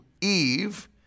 Eve